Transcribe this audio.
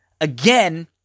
Again